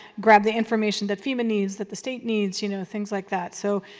grab the information that fema needs, that the state needs, you know, things like that. so,